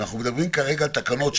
אנחנו מדברים כרגע על תקנות,